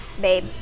Babe